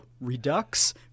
Redux